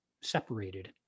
separated